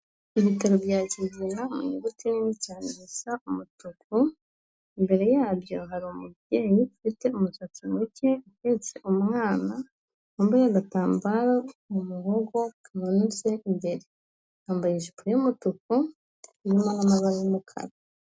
Ibitaro bya Kigeya mu nyuguti nini cyane zisa umutuku, imbere yabyo hari umubyeyi ufite umusatsi muke uhetse umwana, wambaye agatambaro mu muhogo kamanutse imbere. Yambaye ijipo y'umutuku, irimo n'amabara y'umukara.